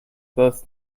both